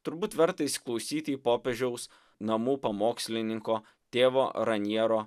turbūt verta įsiklausyti į popiežiaus namų pamokslininko tėvo ranjero